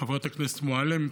חברת הכנסת מועלם,